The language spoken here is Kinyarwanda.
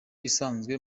isanzwe